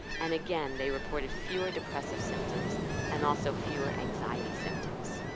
and again, they reported fewer depressive symptoms and also fewer anxiety symptoms.